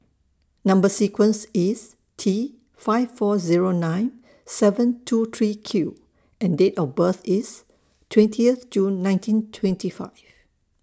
Number sequence IS T five four Zero nine seven two three Q and Date of birth IS twentieth June nineteen twenty five